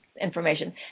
information